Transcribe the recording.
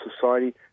society